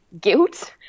guilt